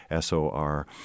SOR